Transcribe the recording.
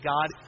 God